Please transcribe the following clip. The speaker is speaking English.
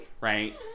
right